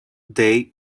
they